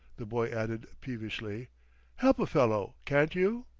the boy added peevishly help a fellow, can't you?